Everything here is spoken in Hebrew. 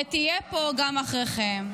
ותהיה פה גם אחריכם.